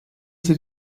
sie